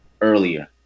earlier